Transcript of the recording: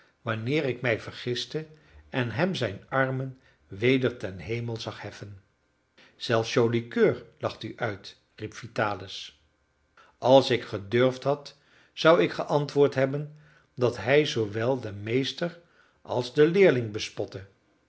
wanneer ik mij vergiste en hem zijn armen weder ten hemel zag heffen zelfs joli coeur lacht u uit riep vitalis als ik gedurfd had zou ik geantwoord hebben dat hij zoowel den meester als den leerling bespotte